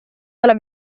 dalla